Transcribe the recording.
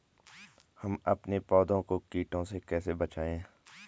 हम अपने पौधों को कीटों से कैसे बचाएं?